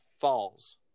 falls